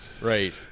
Right